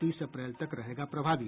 तीस अप्रैल तक रहेगा प्रभावी